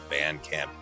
Bandcamp